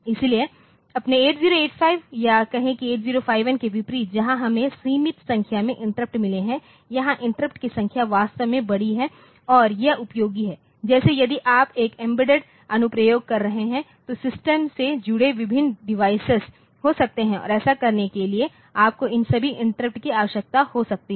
इसलिए अपने 8085 या कहें कि 8051 के विपरीत जहां हमें सीमित संख्या में इंटरप्टमिलते हैं यहां इंटरप्ट की संख्या वास्तव में बड़ी है और यह उपयोगी है जैसे यदि आप कुछ एम्बेडेड अनुप्रयोग कर रहे हैं तो सिस्टम से जुड़े विभिन्न डिवाइस हो सकते हैं और ऐसा करने के लिए आपको इन सभी इंटरप्ट की आवश्यकता हो सकती है